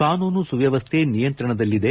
ಕಾನೂನು ಸುವ್ವವಸ್ಥೆ ನಿಯಂತ್ರಣದಲ್ಲಿದೆ